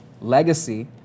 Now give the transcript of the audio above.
legacy